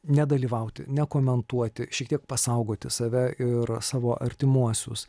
nedalyvauti nekomentuoti šiek tiek pasaugoti save ir savo artimuosius